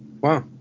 wow